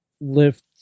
lift